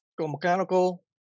mechanical